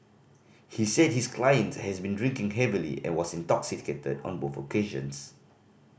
he said his client has been drinking heavily and was intoxicated on both occasions